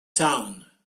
town